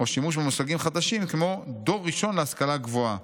או שימוש במושגים חדשים כמו 'דור ראשון להשכלה גבוהה',